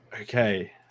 okay